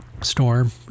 storm